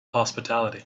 hospitality